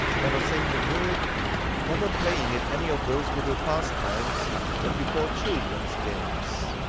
never saying a word, and never playing at any of those little pastimes that we call children's games.